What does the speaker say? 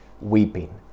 weeping